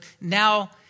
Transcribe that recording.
now